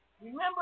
Remember